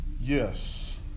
Yes